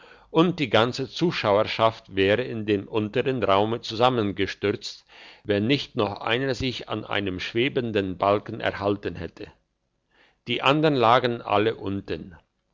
und die ganze zuschauerschaft wäre in dem untern raume zusammengestürzt wenn nicht noch einer sich an einem schwebenden balken erhalten hätte die andern lagen alle unten